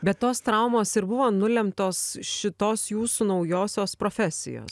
bet tos traumos ir buvo nulemtos šitos jūsų naujosios profesijos